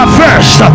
first